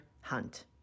Hunt